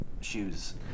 shoes